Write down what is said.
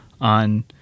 on